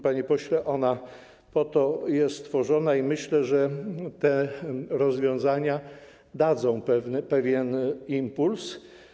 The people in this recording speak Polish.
Panie pośle, ona po to jest stworzona i myślę, że te rozwiązania dadzą pewien impuls.